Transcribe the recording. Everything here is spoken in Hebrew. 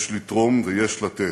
יש לתרום ויש לתת,